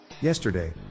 yesterday